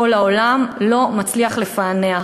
כל העולם לא מצליח לפענח.